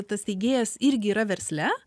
tas steigėjas irgi yra versle